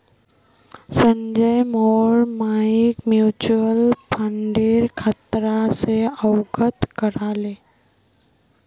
संजय मोर मइक म्यूचुअल फंडेर खतरा स अवगत करा ले